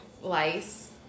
lice